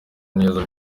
neza